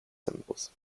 symbols